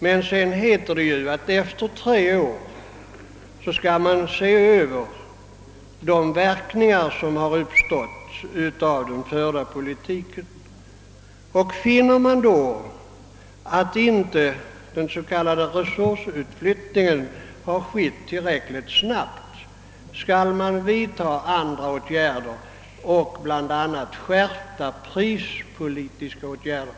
Men sedan heter det, att efter tre år skall man se efter vilka verkningar den förda politiken fått, och finner man då att den s.k. resursutflyttningen inte har skett tillräckligt snabbt skall man vidtaga andra åtgärder, bl.a. skärpta prispolitiska åtgärder.